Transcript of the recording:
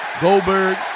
Goldberg